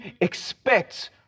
expect